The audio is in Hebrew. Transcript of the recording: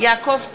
יעקב פרי,